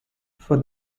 for